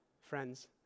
friends